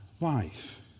life